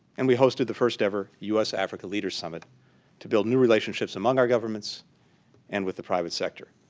and we hosted the first ever u s africa leaders summit to build new relationships among our governments and with the private sector.